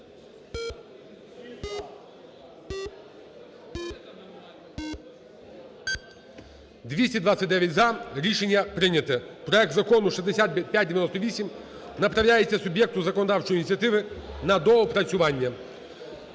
За-229 Рішення прийнято, проект Закону 6598 направляється суб'єкту законодавчої ініціативи на доопрацювання.